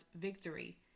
victory